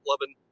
loving